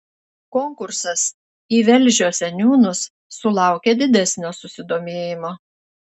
konkursas į velžio seniūnus sulaukė didesnio susidomėjimo